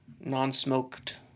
non-smoked